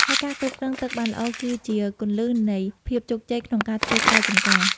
ហើយការគ្រប់គ្រងទឹកបានល្អ គឺជាគន្លឹះនៃភាពជោគជ័យក្នុងការធ្វើស្រែចំការ។